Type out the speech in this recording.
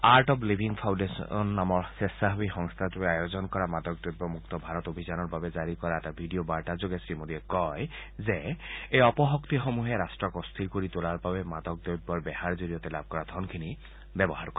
art of Living Foundation নামৰ স্কেচাসেৱী সংস্থাটোৱে আয়োজন কৰা মাদকদ্ৰব্য মুক্ত ভাৰত অভিযানৰ বাবে জাৰি কৰা এটা ভিডিঅ' বাৰ্তা যোগে শ্ৰীমোদীয়ে কয় যে এই অপশক্তিসমূহে ৰাট্টক অস্থিৰ কৰি তোলাৰ বাবে মাদকদ্ৰব্যৰ বেহাৰ জৰিয়তে লাভ কৰা ধনখিনি ব্যৱহাৰ কৰে